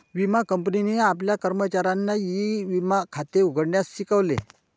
विमा कंपनीने आपल्या कर्मचाऱ्यांना ई विमा खाते उघडण्यास शिकवले